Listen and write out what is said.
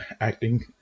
acting